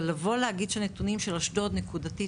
אבל לבוא ולהגיד שהנתונים של אשדוד נקודתית,